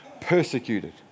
persecuted